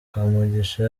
kamugisha